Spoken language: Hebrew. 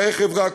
חיי חברה,